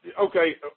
Okay